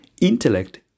Intellect